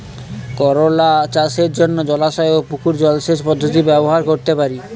করোলা চাষের জন্য জলাশয় ও পুকুর জলসেচ পদ্ধতি ব্যবহার করতে পারি?